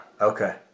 Okay